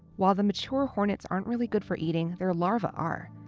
while the mature hornets aren't really good for eating, their larvae are.